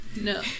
No